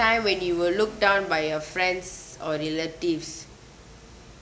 time when you were looked down by your friends or relatives